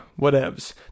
whatevs